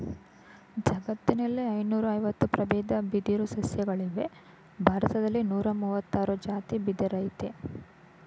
ಜಗತ್ತಿನಲ್ಲಿ ಐನೂರಐವತ್ತು ಪ್ರಬೇದ ಬಿದಿರು ಸಸ್ಯಗಳಿವೆ ಭಾರತ್ದಲ್ಲಿ ನೂರಮುವತ್ತಾರ್ ಜಾತಿ ಬಿದಿರಯ್ತೆ